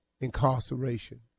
incarceration